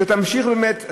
שתמשיך באמת,